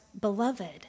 beloved